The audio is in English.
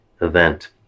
event